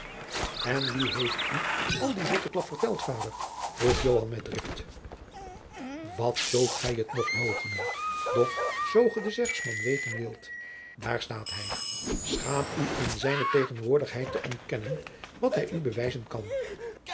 en wie heeft u al die zotteklap verteld vader vroeg joan met drift wat zult gij het nog loochenen doch zoo ge den zegsman weten wilt daar staat hij schaam u in zijne tegenwoordigheid te ontkennen wat hij u bewijzen kan